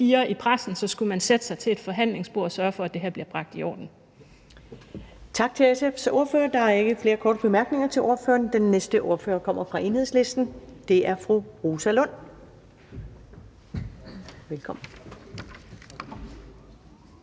i pressen skulle man sætte sig til et forhandlingsbord og sørge for, at det her bliver bragt i orden.